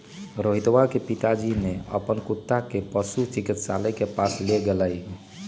रोहितवा के पिताजी ने अपन कुत्ता के पशु चिकित्सक के पास लेगय लय